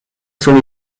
sont